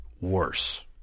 worse